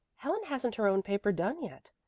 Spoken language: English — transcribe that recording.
helen hasn't her own paper done yet,